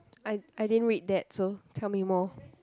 I I didn't read that so tell me more